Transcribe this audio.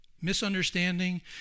misunderstanding